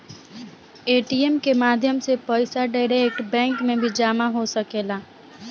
ATM के माध्यम से पईसा डायरेक्ट बैंक में भी जामा हो सकेला